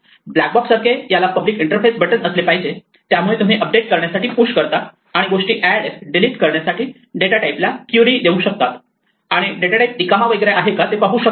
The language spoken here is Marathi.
ब्लॅक बॉक्स सारखे याला पब्लिक इंटरफेस बटन असले पाहिजे त्यामुळे तुम्ही अपडेट करण्यासाठी पुश करू शकतात आणि गोष्टी एड डिलीट करण्यासाठी डेटा टाइप ला क्वेरी देऊ शकतात आणि डेटा टाइप रिकामा वगैरे आहे का ते पाहू शकतात